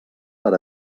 per